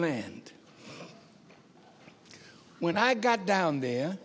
land when i got down there